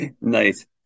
Nice